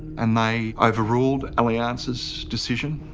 and they overruled allianz's decision.